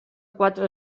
quatre